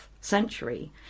century